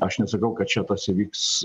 aš nesakau kad čia tas įvyks